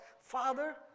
Father